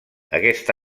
aquest